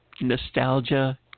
nostalgia